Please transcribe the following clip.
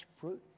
fruit